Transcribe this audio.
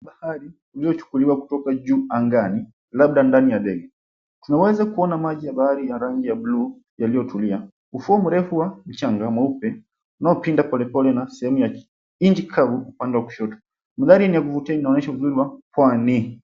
Bahari lililochukuliwa kutoka juu angani labda ndani ya ndege. Tunaweza kuona maji ya bahari la rangi ya bluu, yaliyotulia. Ufuo mrefu wa mchanga mweupe, unao pinda pole pole, na sehemu ya nchi kavu, upande wa kushoto. Mandhari yenye kuvutia inaonyeshwa uzuri wa pwani.